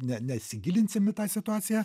ne nesigilinsim į tą situaciją